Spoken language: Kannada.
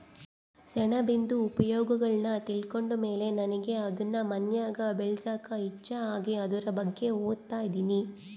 ಸೆಣಬಿಂದು ಉಪಯೋಗಗುಳ್ನ ತಿಳ್ಕಂಡ್ ಮೇಲೆ ನನಿಗೆ ಅದುನ್ ಮನ್ಯಾಗ್ ಬೆಳ್ಸಾಕ ಇಚ್ಚೆ ಆಗಿ ಅದುರ್ ಬಗ್ಗೆ ಓದ್ತದಿನಿ